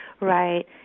Right